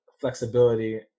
flexibility